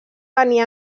venir